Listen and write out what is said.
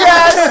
Yes